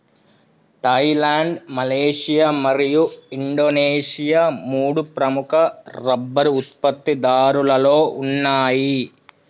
Thailand, Malaysia మరియు Indonesia మూడు ప్రముఖ రబ్బరు ఉత్పత్తిదారులలో ఉన్నాయి